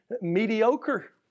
mediocre